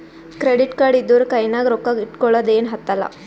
credit card ಇದ್ದೂರ ಕೈನಾಗ್ ರೊಕ್ಕಾ ಇಟ್ಗೊಳದ ಏನ್ ಹತ್ತಲಾ